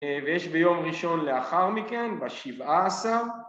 ויש ביום ראשון לאחר מכן בשבעה עשר